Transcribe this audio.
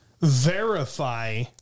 verify